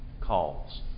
calls